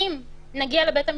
אם נגיע לבית המשפט,